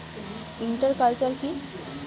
Inter culture কি?